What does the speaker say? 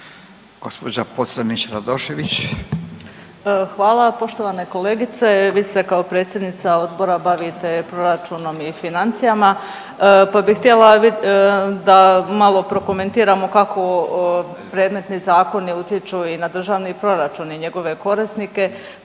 Anita (HDZ)** Hvala. Poštovana kolegice vi ste kao predsjednica odbora bavite proračunom i financijama pa bi htjela da malo prokomentiramo kako predmetni zakoni utječu i na Državni proračun i njegove korisnike.